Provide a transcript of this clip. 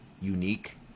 unique